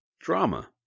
drama